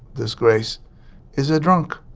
disgrace is a drunk